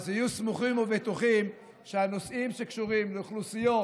אז היו סמוכים ובטוחים שהנושאים שקשורים לאוכלוסיות